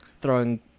throwing